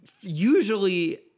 Usually